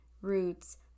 roots